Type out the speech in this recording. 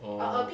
orh